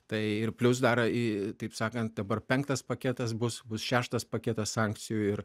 tai ir plius dar į taip sakant dabar penktas paketas bus bus šeštas paketas sankcijų ir